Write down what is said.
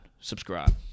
Subscribe